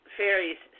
fairies